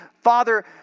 Father